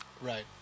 Right